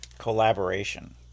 collaboration